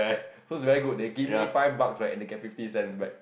so is very good they give me five bucks where I get fifty cents back